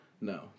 No